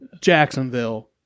Jacksonville